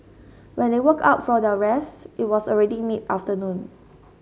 when they woke up from their rest it was already mid afternoon